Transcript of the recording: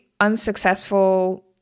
unsuccessful